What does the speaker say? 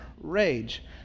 rage